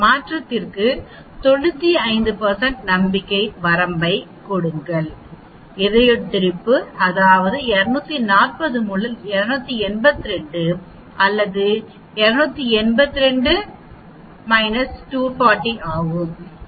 மாற்றத்திற்கு 95 நம்பிக்கை வரம்பைக் கொடுங்கள் இதய துடிப்பு அதாவது 240 282 அல்லது 282 240 ஆகும்